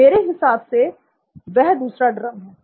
मेरे हिसाब से वह दूसरा ड्रम है